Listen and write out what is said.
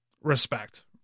respect